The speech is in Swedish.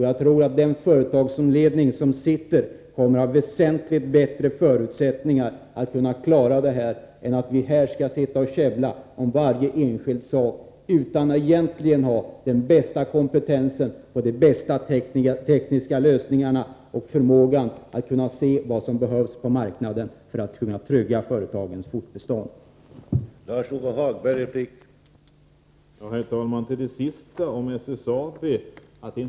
Jag tror att den företagsledning som sitter kommer att ha väsentligt bättre förutsättningar att klara detta än vi har om vi här skall käbbla om varje enskild sak. Vi har inte den bästa kompetensen, vi kan inte åstadkomma de bästa tekniska lösningarna och vi har inte den bästa förmågan att se vad som behövs för att man skall kunna trygga företagens fortbestånd på marknaden.